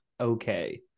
okay